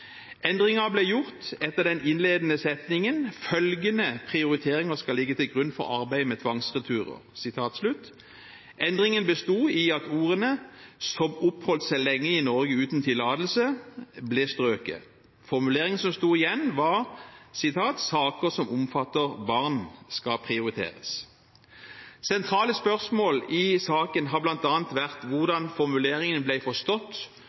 ble gjort etter den innledende setningen: «Følgende prioritering skal ligge til grunn for arbeidet med tvangsreturer Endringen besto i at ordene « som har oppholdt seg lenge i Norge uten tillatelse » ble strøket. Formuleringen som sto igjen var: «Saker som omfatter barn skal prioriteres.» Sentrale spørsmål i saken har bl.a. vært hvordan formuleringene ble forstått